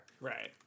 Right